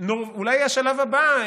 אולי השלב הבא,